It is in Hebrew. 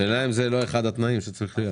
השאלה אם זה לא אחד מן התנאים שצריכים להיות.